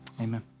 Amen